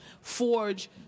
forge